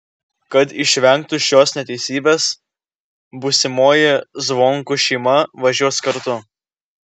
kad išvengtų šios neteisybės būsimoji zvonkų šeima važiuos kartu